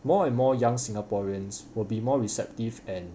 more and more young singaporeans will be more receptive and